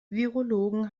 virologen